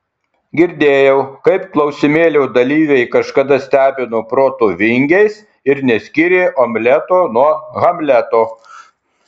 girdėjau kaip klausimėlio dalyviai kažkada stebino proto vingiais ir neskyrė omleto nuo hamleto